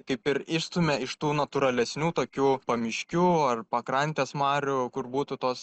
kaip ir išstumia iš tų natūralesnių tokių pamiškių ar pakrantės marių kur būtų tos